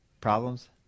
problems